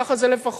ככה זה לפחות